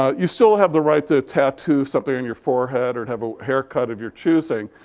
ah you still have the right to tattoo something on your forehead or to have a haircut of your choosing.